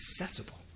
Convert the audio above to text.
accessible